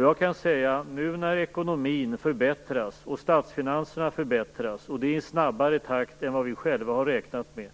Jag kan säga att nu när ekonomin och statsfinanserna förbättras, och det i snabbare takt än vi själva har räknat med,